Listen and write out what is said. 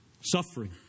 Suffering